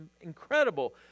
incredible